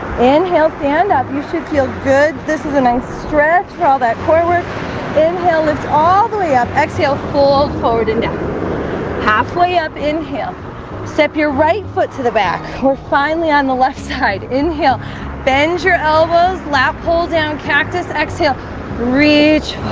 inhale stand up. you should feel good. this is a nice stretch for all that coiler inhale it's all the way up exhale fold forward into halfway up inhale step your right foot to the back we're finally on the left side. inhale bend your elbows lap hold down cactus. exhale reach